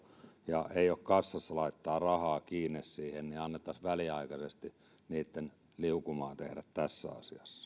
ja ei ole kassasta laittaa rahaa kiinni siihen niin annettaisiin väliaikaisesti niitten tehdä liukumaa tässä asiassa